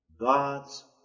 God's